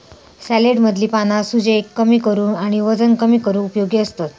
सॅलेडमधली पाना सूजेक कमी करूक आणि वजन कमी करूक उपयोगी असतत